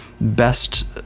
best